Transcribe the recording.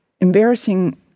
embarrassing